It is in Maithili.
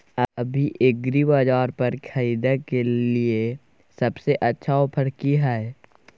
अभी एग्रीबाजार पर खरीदय के लिये सबसे अच्छा ऑफर की हय?